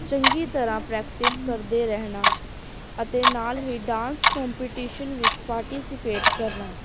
ਚੰਗੀ ਤਰ੍ਹਾਂ ਪ੍ਰੈਕਟਿਸ ਕਰਦੇ ਰਹਿਣਾ ਅਤੇ ਨਾਲ ਹੀ ਡਾਂਸ ਕੌਂਪੀਟੀਸ਼ਨ ਵਿੱਚ ਪਾਰਟੀਸੀਪੇਟ ਕਰਨਾ